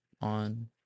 on